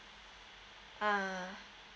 ah